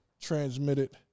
transmitted